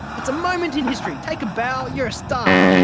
it's a moment in history, take a bow, you're a star.